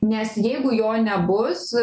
nes jeigu jo nebus